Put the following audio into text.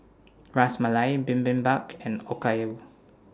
Ras Malai Bibimbap and Okayu